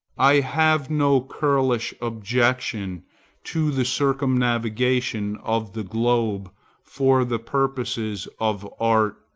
i have no churlish objection to the circumnavigation of the globe for the purposes of art,